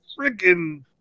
freaking